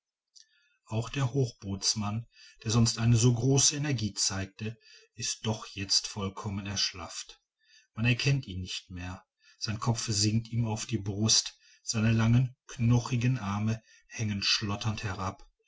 auch der hochbootsmann der sonst eine so große energie zeigte ist doch jetzt vollkommen erschlafft man erkennt ihn nicht mehr sein kopf sinkt ihm auf die brust seine langen knochigen arme hängen schlotternd herab